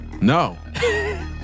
no